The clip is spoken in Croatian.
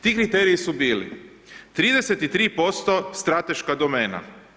Ti kriteriji su bili 33% strateška domena.